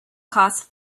cost